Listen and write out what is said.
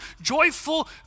joyful